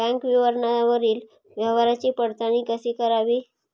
Bank विवरणावरील व्यवहाराची पडताळणी कशी करावी?